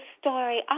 story